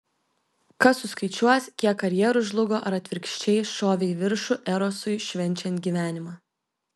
kas suskaičiuos kiek karjerų žlugo ar atvirkščiai šovė į viršų erosui švenčiant gyvenimą